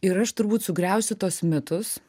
ir aš turbūt sugriausiu tuos mitus